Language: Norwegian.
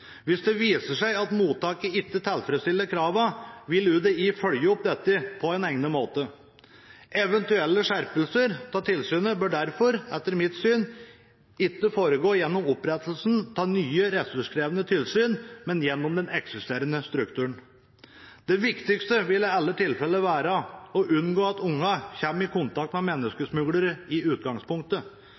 Hvis det viser seg at mottaket ikke tilfredsstiller kravene, vil UDI følge opp dette på en egnet måte. Eventuelle skjerpelser av tilsynet bør derfor etter mitt syn ikke foregå gjennom opprettelsen av nye ressurskrevende tilsyn, men gjennom den eksisterende strukturen. Det viktigste vil i alle tilfelle være å unngå at ungene kommer i kontakt med menneskesmuglere i utgangspunktet.